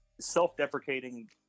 self-deprecating